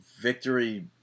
victory